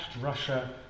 Russia